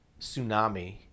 tsunami